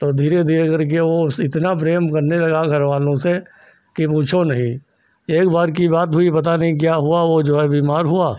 तो धीरे धीरे करके वह इतना प्रेम करने लगा घर वालों से कि पूछो नहीं एक बार की बात हुई पता नहीं क्या हुआ वह जो है बीमार हुआ